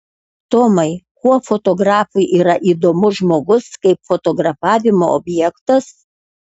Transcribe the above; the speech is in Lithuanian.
tomai kuo fotografui yra įdomus žmogus kaip fotografavimo objektas